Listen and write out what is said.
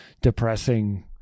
depressing